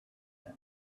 them